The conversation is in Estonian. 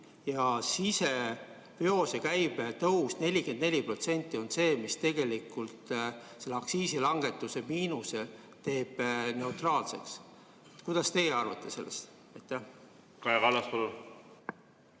Ja siseveosekäibe tõus 44% on see, mis tegelikult selle aktsiisilangetuse miinuse teeb neutraalseks. Mida teie arvate sellest? Kaja Kallas, palun!